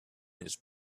his